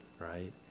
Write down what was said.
right